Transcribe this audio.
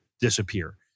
disappear